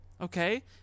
Okay